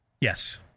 Yes